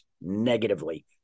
negatively